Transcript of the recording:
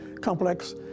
complex